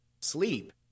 Sleep